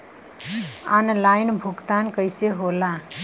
Online भुगतान कईसे होला?